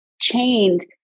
chained